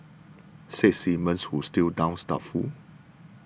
says Simmons who still sounds doubtful